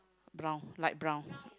brown light brown